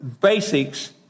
basics